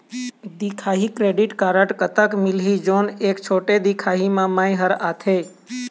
दिखाही credit card कतक मिलही जोन एक छोटे दिखाही म मैं हर आथे?